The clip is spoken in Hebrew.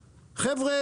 חבר'ה,